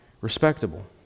respectable